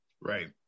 Right